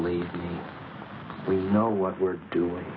believe we know what we're doing